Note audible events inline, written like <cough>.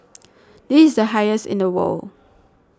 <noise> this is the highest in the world